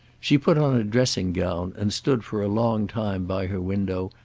she put on a dressing gown and stood for a long time by her window,